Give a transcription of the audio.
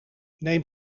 neem